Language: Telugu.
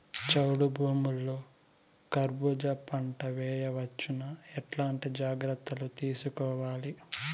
చౌడు భూముల్లో కర్బూజ పంట వేయవచ్చు నా? ఎట్లాంటి జాగ్రత్తలు తీసుకోవాలి?